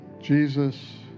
Jesus